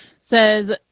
says